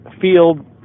field